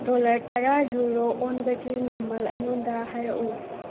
dollar ꯇꯔꯥ euro ꯑꯣꯟꯕꯒꯤ ꯃꯃꯜ ꯑꯩꯉꯣꯟꯗ ꯍꯥꯏꯔꯛꯎ